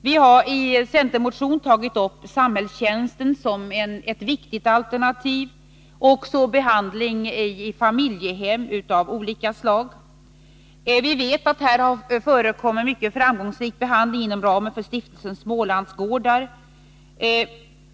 Vi har i en centermotion tagit upp samhällstjänsten som ett viktigt alternativ liksom behandlingen i familjehem av olika slag. Vi vet att det förekommer en mycket framgångsrik behandling inom ramen för Stiftelsen Smålandsgårdar.